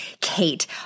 Kate